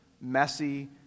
messy